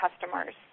customers